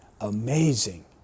amazing